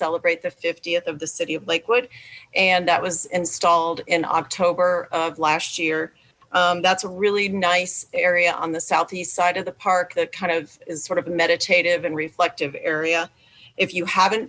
celebrate the fiftieth of the city of lakewood and that was installed in october of last year that's a really nice area on the southeast side of the park that kind of is sort of meditative and reflective area if you haven't